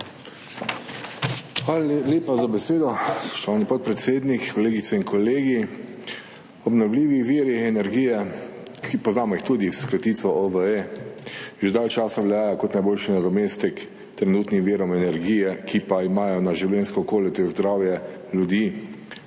Hvala lepa za besedo. Spoštovani podpredsednik, kolegice in kolegi! Obnovljivi viri energije, ki jih poznamo tudi s kratico OVE, že dalj časa veljajo za najboljši nadomestek trenutnim virom energije, ki pa imajo na življenjsko okolje ter zdravje ljudi